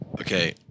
Okay